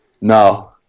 No